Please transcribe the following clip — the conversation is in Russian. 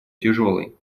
тяжелый